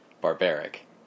barbaric